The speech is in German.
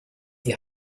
die